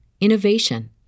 innovation